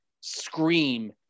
scream